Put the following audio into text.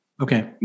Okay